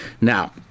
Now